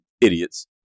idiots